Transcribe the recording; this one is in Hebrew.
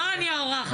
לא אני האורחת.